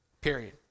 period